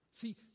See